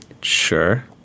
Sure